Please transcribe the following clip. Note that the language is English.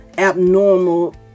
abnormal